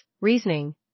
reasoning